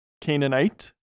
Canaanite